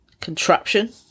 contraption